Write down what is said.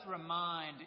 remind